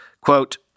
Quote